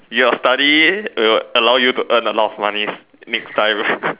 your study will allow you to earn a lot of money next time